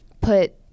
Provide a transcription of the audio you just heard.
put